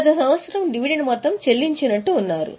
గత సంవత్సరం డివిడెండ్ మొత్తం చెల్లించినట్లు ఉన్నారు